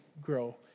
grow